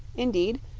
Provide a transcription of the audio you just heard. indeed,